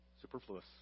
Superfluous